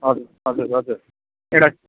हजुर हजुर हजुर एउटा